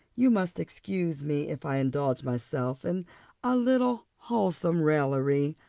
you must excuse me if i indulge myself in a little wholesome raillery.